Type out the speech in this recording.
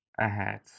ahead